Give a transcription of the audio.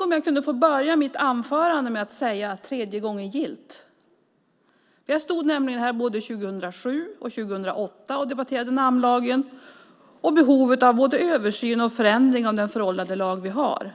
om jag kunde få börja mitt anförande med att säga tredje gången gillt! Jag stod nämligen här både 2007 och 2008 och debatterade namnlagen och behovet av både översyn och förändring av den föråldrade lag vi har.